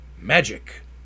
magic